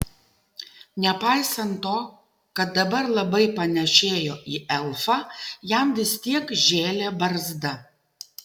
nepaisant to kad dabar labai panėšėjo į elfą jam vis tiek žėlė barzda